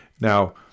Now